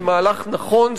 זה מהלך נכון,